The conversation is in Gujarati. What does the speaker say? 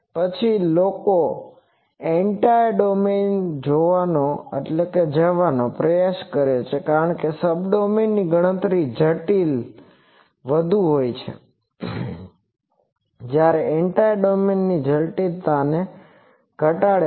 પછી લોકો એન્ટાયર ડોમેઈનમાં જવાનો પ્રયાસ કરે છે કારણ કે સબડોમેઈનમાં ગણતરીની જટિલતા વધુ હોય છે જ્યારે એન્ટાયર ડોમેઈન જટિલતાને ઘટાડે છે